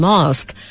Mosque